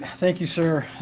thank you sir.